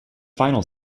final